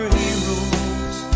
heroes